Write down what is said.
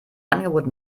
angebot